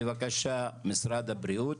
בבקשה, משרד הבריאות.